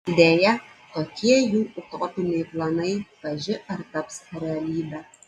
deja tokie jų utopiniai planai kaži ar taps realybe